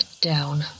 down